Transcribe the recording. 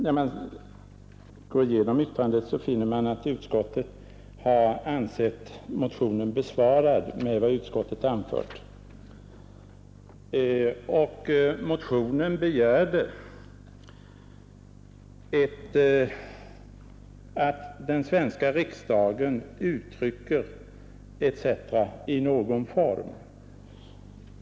När man går igenom yttrandet finner man att utskottet har ansett motionen besvarad med vad utskottet anfört. I motionen begärdes att den svenska riksdagen, i någon form, skall uttrycka sin medkänsla osv.